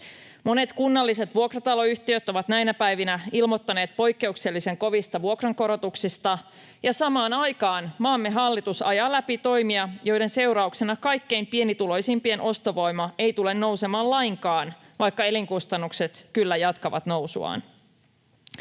Monet kunnalliset vuokrataloyhtiöt ovat näinä päivinä ilmoittaneet poikkeuksellisen kovista vuokrankorotuksista, ja samaan aikaan maamme hallitus ajaa läpi toimia, joiden seurauksena kaikkein pienituloisimpien ostovoima ei tule nousemaan lainkaan, vaikka elinkustannukset kyllä jatkavat nousuaan.